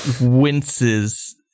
winces